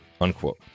unquote